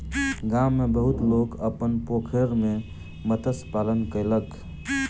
गाम में बहुत लोक अपन पोखैर में मत्स्य पालन कयलक